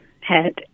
head